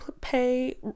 pay